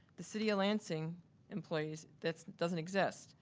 the city of lansing employees, that doesn't exist.